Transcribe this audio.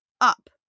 up